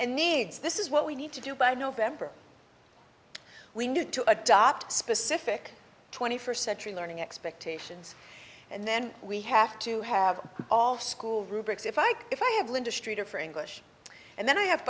and needs this is what we need to do by november we need to adopt specific twenty first century learning expectations and then we have to have all school rubrics if i could if i have linda streeter for english and then i have